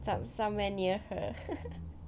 some somewhere near her